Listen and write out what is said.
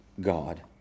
God